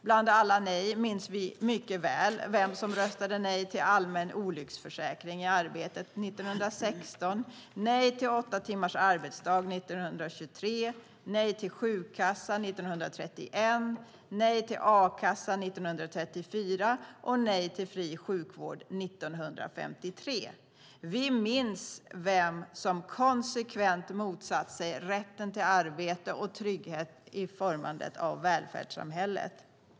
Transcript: Bland alla nej minns vi mycket väl vem som röstade nej till allmän olycksförsäkring i arbetet 1916, nej till åtta timmars arbetsdag 1923, nej till sjukkassa 1931, nej till a-kassa 1934 och nej till fri sjukvård 1953. Vi minns vem som konsekvent motsatt sig rätten till arbete och trygghet i formandet av välfärdssamhället.